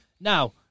Now